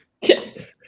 Yes